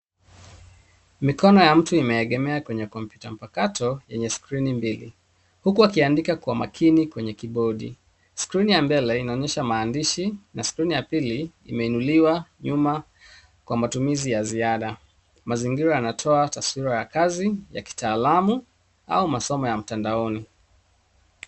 Mikono ya mtu imeegemea kwenye kompyuta mpakato yenye skrini mbili huku akiandika kwa umakini kwenye kibodi. Skrini ye mbele inaonyesha maandishi na skrini ya pili imeinuliwa nyuma kwa matumizi ya ziada. Mazingira yanatoa taswira ya kazi ya kitaalamu au masomo ya mtandaoni.